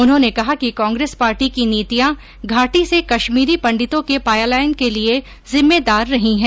उन्होने कहा कि कांग्रेस पार्टी की नीतियां घाटी से कश्मीरी पंडितों के पलायन के लिए जिम्मेदार रही हैं